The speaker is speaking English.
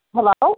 Hello